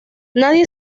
nadie